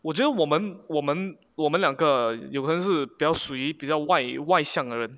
我觉得我们我们我们两个有可能是比较属于比较外外向的人